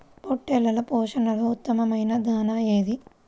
పొట్టెళ్ల పోషణలో ఉత్తమమైన దాణా ఏది?